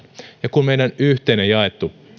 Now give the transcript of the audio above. ja kun meidän yhteinen jaettu